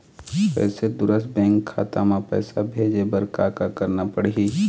कोई दूसर बैंक खाता म पैसा भेजे बर का का करना पड़ही?